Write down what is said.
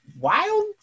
wild